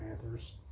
Panthers